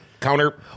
counter